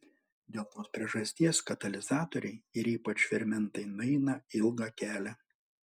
dėl tos priežasties katalizatoriai ir ypač fermentai nueina ilgą kelią